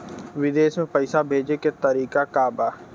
विदेश में पैसा भेजे के तरीका का बा?